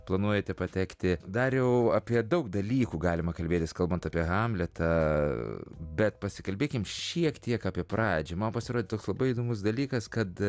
planuojate patekti dariau apie daug dalykų galima kalbėtis kalbant apie hamletą bet pasikalbėkim šiek tiek apie pradžią man pasirodė toks labai įdomus dalykas kad